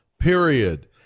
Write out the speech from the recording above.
Period